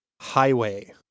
Highway